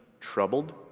troubled